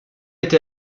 été